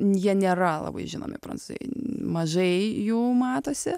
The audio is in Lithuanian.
jie nėra labai žinomi prancūzijoj mažai jų matosi